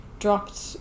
dropped